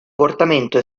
portamento